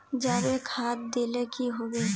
जाबे खाद दिले की होबे?